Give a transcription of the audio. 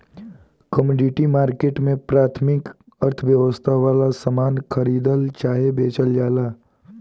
commodity market में प्राथमिक अर्थव्यवस्था वाला सामान खरीदल चाहे बेचल जाला